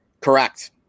Correct